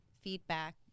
feedback